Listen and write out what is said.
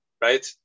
right